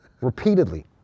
repeatedly